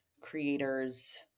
creators